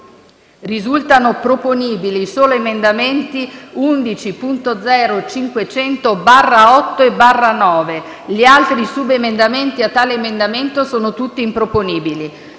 risultano proponibili i soli emendamenti 11.0.500/8 e 11.0.500/9; gli altri subemendamenti a tale emendamento sono tutti improponibili.